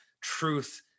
truth